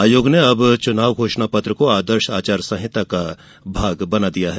आयोग ने अब चुनाव घोषणा पत्र को आदर्श आचार संहिता का भाग बना दिया है